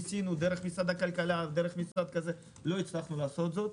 ניסינו דרך משרד הכלכלה לא הצלחנו לעשות זאת.